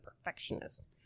perfectionist